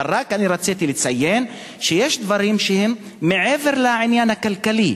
אבל אני רק רציתי לציין שיש דברים שהם מעבר לעניין הכלכלי,